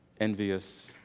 envious